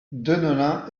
deneulin